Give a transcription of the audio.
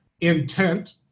intent